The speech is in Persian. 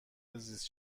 زیست